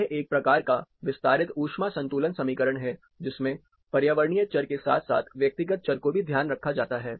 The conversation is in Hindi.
यह एक प्रकार का विस्तारित ऊष्मा संतुलन समीकरण है जिसमें पर्यावरणीय चर के साथ साथ व्यक्तिगत चर को भी ध्यान में रखा जाता है